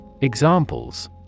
Examples